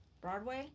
Broadway